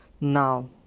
Now